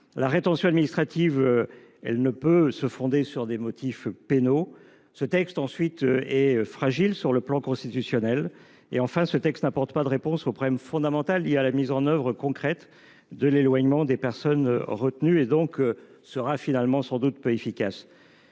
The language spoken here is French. la rétention administrative, laquelle ne peut se fonder sur des motifs pénaux ; ensuite, elle est fragile sur le plan constitutionnel ; enfin, elle n’apporte pas de réponse au problème fondamental lié à la mise en œuvre concrète de l’éloignement des personnes retenues. Elle sera donc finalement sans doute peu efficace.